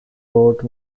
wrote